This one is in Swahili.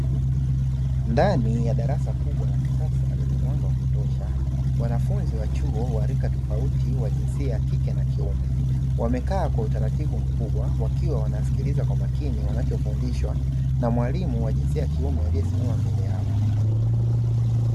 Ndani ya darasa kubwa la kisasa lenye mwanga wa kutosha wanafunzi wa chuo wa rika tofauti wa jinsia ya kike na kiume, wamekaa kwa utaratibu mkubwa wakiwa wanasikiliza kwa makini , wanachofundishwa na mwalimu wa jinsia ya kiume aliyesimama mbele yao.